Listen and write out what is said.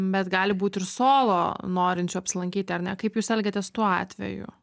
bet gali būt ir solo norinčių apsilankyti ar ne kaip jūs elgiatės tuo atveju